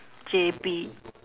J_B